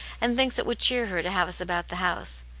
and thinks it would cheer her to have us about the house.